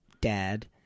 dad